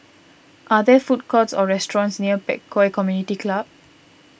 are there food courts or restaurants near Pek Kio Community Club